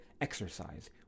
exercise